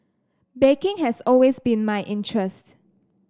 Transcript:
baking has always been my interest